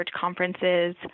conferences